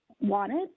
wanted